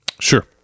Sure